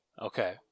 Okay